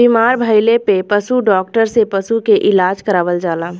बीमार भइले पे पशु डॉक्टर से पशु के इलाज करावल जाला